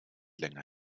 länger